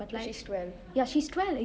she's twelve